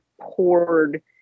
poured